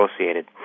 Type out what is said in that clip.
associated